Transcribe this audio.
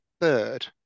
third